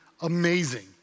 amazing